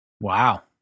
Wow